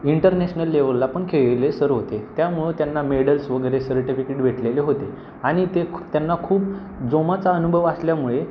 international लेवलला पण खेळलेले सर होते त्यामुळे त्यांना मेडल्स वगैरे सर्टफिकेट भेटलेले होते आणि ते खू त्यांना खूप जोमाचा अनुभव असल्यामुळे